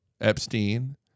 Epstein